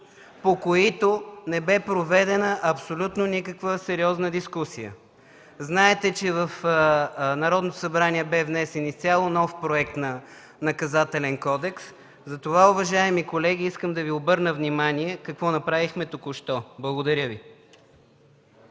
по които не бе проведена абсолютно никаква сериозна дискусия. Знаете, че в Народното събрание бе внесен изцяло нов проект на Наказателен кодекс. Затова, уважаеми колеги, искам да Ви обърна внимание какво направихме току-що. Благодаря Ви.